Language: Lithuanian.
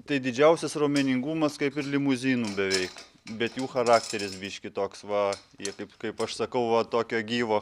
tai didžiausias raumeningumas kaip ir limuzinų beveik bet jų charakteris biškį toks va jie kaip kaip aš sakau va tokio gyvo